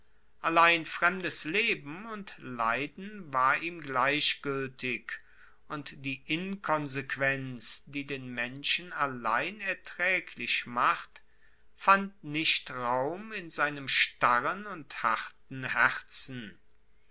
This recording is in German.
allein fremdes leben und leiden war ihm gleichgueltig und die inkonsequenz die den menschen allein ertraeglich macht fand nicht raum in seinem starren und harten herzen